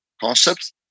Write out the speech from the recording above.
concepts